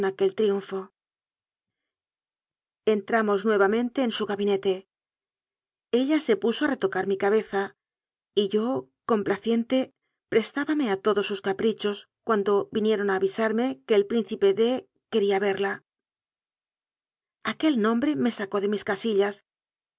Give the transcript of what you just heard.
entramos nuevamente en su gabinete ella se puso a retocar mi cabeza y yo complaciente pres tábame a todos sus caprichos cuando vinieron a avisarle que el príncipe de quería verla aquel nombre me sacó de mis casillas